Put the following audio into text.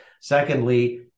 Secondly